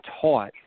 taught